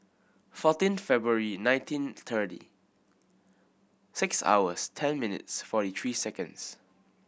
fourteen February nineteen thirty six hours ten minutes forty three seconds